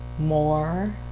More